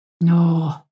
No